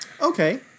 Okay